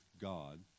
God